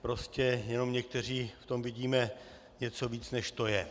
Prostě jenom někteří v tom vidíme něco víc, než to je.